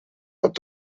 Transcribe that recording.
hat